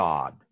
God